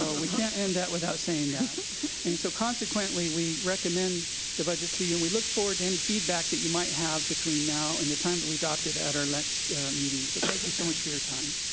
and we can't end that without saying that. yeah and so consequently, we recommend the budget to you and we look forward to any feedback that you might have between now and the time that we adopt it at our next meeting. so thank you so much for your time.